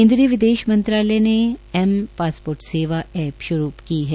केन्द्रीय विदेश मंत्रालय ने एम पासपोर्ट सेवा एप शुरू की है